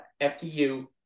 FDU